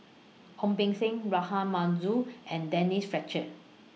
Ong Beng Seng Rahayu Mahzam and Denise Fletcher